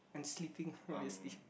and sleeping obviously